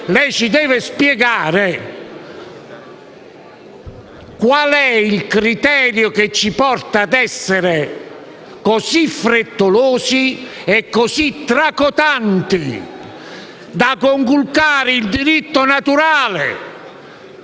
lei ci deve spiegare qual è il criterio che ci porta a essere così frettolosi e così tracotanti da conculcare il diritto naturale,